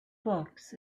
books